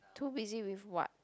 too busy with what